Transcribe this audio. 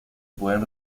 pueden